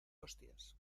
hostias